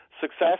success